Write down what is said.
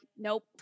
nope